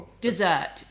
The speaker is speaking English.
dessert